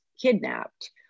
kidnapped